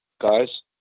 guys